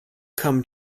come